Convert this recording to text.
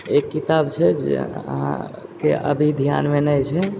एक किताब छै जे अहाँके अभी धियानमे नहि छै